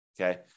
Okay